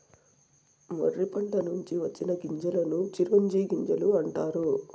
మొర్రి పండ్ల నుంచి వచ్చిన గింజలను చిరోంజి గింజలు అంటారు